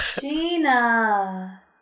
Gina